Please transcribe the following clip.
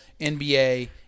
NBA